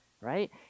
right